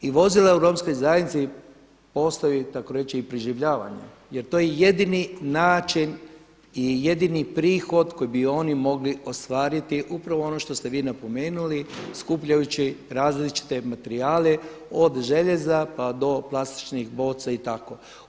I vozila u Romskoj zajednici postoje tako reći i preživljavanje, jer to je jedini način i jedini prihod koji bi oni mogli ostvariti, upravo ono što ste vi napomenuli skupljajući različite materijale od željeza pa do plastičnih boca i tako.